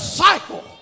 cycle